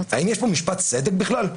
האם יש פה משפט צדק בכלל?